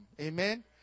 Amen